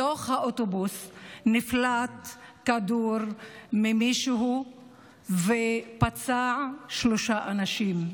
בתוך אוטובוס נפלט כדור ממישהו ופצע שלושה אנשים.